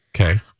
Okay